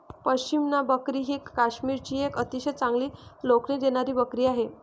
पश्मिना बकरी ही काश्मीरची एक अतिशय चांगली लोकरी देणारी बकरी आहे